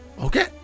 Okay